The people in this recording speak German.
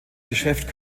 geschäft